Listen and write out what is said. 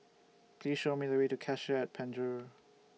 Please Show Me The Way to Cassia At Penjuru